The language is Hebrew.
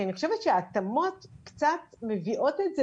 כי אני חושבת שההתאמות קצת מביאות את זה